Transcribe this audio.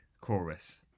chorus